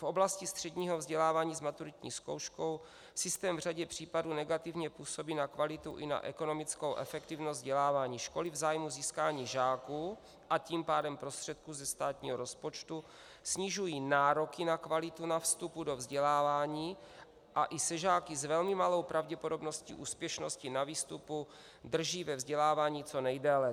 V oblasti středního vzdělávání s maturitní zkouškou systém v řadě případů negativně působí na kvalitu i na ekonomickou efektivnost vzdělávání školy v zájmu získání žáků, a tím pádem prostředků ze státního rozpočtu, snižují se nároky na kvalitu na vstupu do vzdělávání a i žáky s velmi malou pravděpodobností úspěšnosti na výstupu drží ve vzdělávání co nejdéle.